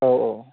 औ औ